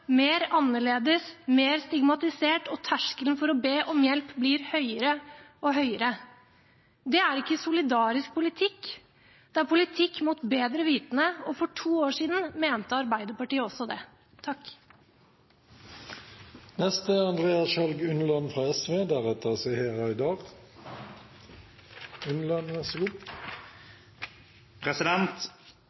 mer annerledes, mer stigmatisert, og terskelen for å be om hjelp blir høyere og høyere. Det er ikke solidarisk politikk. Det er politikk mot bedre vitende, og for to år siden mente Arbeiderpartiet også det.